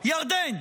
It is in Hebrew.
ירדן,